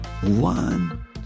one